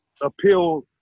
appeal